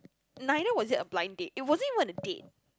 neither was it a blind date it wasn't even a date